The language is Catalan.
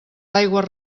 aigües